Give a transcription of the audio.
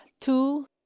two